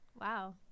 Wow